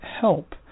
help